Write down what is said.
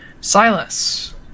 Silas